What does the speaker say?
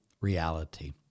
reality